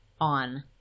on